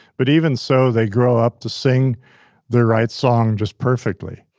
but even so they grow up to sing the right song just perfectly.